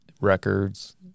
records